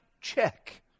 check